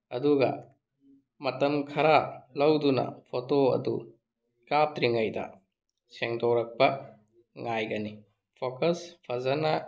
ꯑꯗꯨꯒ ꯃꯇꯝ ꯈꯔ ꯂꯧꯗꯨꯅ ꯐꯣꯇꯣ ꯑꯗꯨ ꯀꯥꯞꯇ꯭ꯔꯤꯉꯩꯗ ꯁꯦꯡꯗꯣꯔꯛꯄ ꯉꯥꯏꯒꯅꯤ ꯐꯣꯀꯁ ꯐꯖꯅ